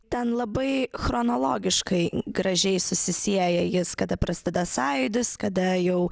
ten labai chronologiškai gražiai susisieja jis kada prasideda sąjūdis kada jau